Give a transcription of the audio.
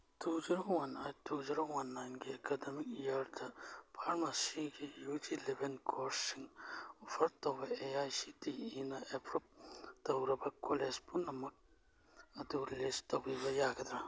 two zero one eight two zero one ꯅꯥꯏꯟꯒꯤ academic ꯏꯌꯥꯔꯗ ꯐꯥꯔꯃꯥꯁꯤꯒꯤ ꯌꯨ ꯖꯤ ꯂꯦꯕꯦꯟ ꯀꯣꯔ꯭ꯁꯁꯤꯡ ꯑꯣꯐꯔ ꯇꯧꯕ ꯑꯦ ꯑꯥꯏ ꯁꯤ ꯇꯤ ꯏꯅ ꯑꯦꯄ꯭ꯔꯣꯕ ꯇꯧꯔꯕ ꯀꯣꯂꯦꯁ ꯄꯨꯝꯅꯃꯛ ꯑꯗꯨ ꯂꯤꯁ ꯇꯧꯕꯤꯕ ꯌꯥꯒꯗ꯭ꯔ